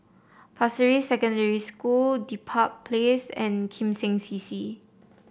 Pasir Ris Secondary School Dedap Place and Kim Seng C C